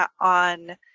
on